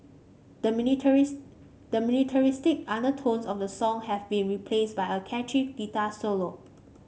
the militaris the militaristic undertones of the song have been replaced by a catchy guitar solo